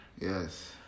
Yes